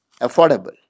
affordable